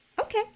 Okay